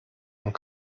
und